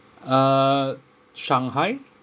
uh shanghai